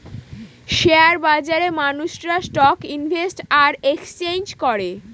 share বাজারে মানুষেরা stock invest আর এক্সচেঞ্জ করে